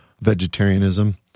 vegetarianism